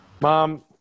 Mom